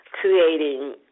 creating